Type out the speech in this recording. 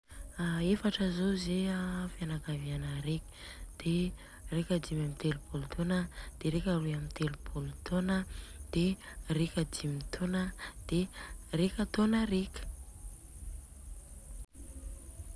A efatra zô ze a fianakaviana reka de reka amin'ny telopolo taona reka de reka roy amin'ny telopolo taona an de reka dimy taona an de reka taona reka.